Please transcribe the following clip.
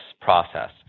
process